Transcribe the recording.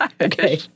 okay